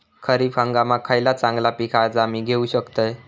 खरीप हंगामाक खयला चांगला पीक हा जा मी घेऊ शकतय?